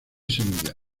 semillas